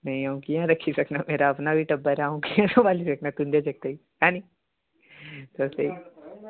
निं अ'ऊं कि'यां रक्खी सकना मेरा अपना बी टब्बर ऐ अ'ऊं कि'यां संभाली सकना तुं'दे जागतै गी ऐ निं तुस बी